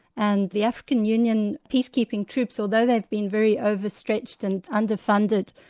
and the african union peacekeeping troops, although they've been very overstretched and under-funded,